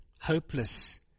hopeless